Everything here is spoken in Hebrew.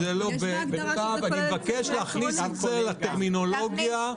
אני מבקש להכניס את זה לטרמינולוגיה.